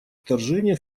вторжение